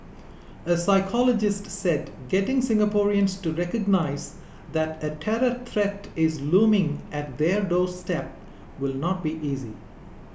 a psychologist said getting Singaporeans to recognise that a terror threat is looming at their doorstep will not be easy